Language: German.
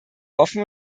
offen